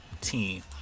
team